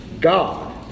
God